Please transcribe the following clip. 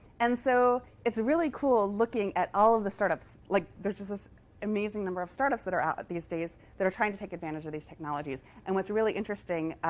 and so it's really cool looking at all of the startups. like there's just this amazing number of startups that are out these days that are trying to take advantage of these technologies. and what's really interesting